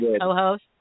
co-host